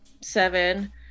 seven